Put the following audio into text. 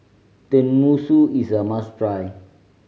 tenmusu is a must try